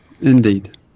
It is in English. Indeed